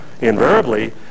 Invariably